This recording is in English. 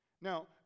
now